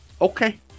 okay